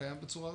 בצורה רצינית.